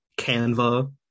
canva